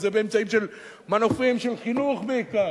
וזה באמצעים של מנופים של חינוך בעיקר,